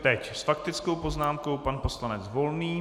Teď s faktickou poznámkou pan poslanec Volný.